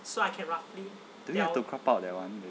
do we need to crop out that one